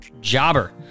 Jobber